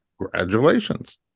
congratulations